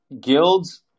guilds